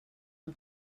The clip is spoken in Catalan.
pel